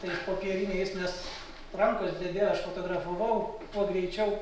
tai popieriniais nes rankos drebėjo aš fotografavau kuo greičiau